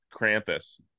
Krampus